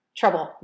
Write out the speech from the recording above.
trouble